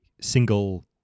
single